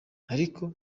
ariko